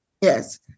Yes